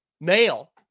male